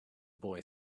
boy